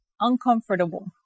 uncomfortable